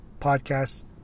podcasts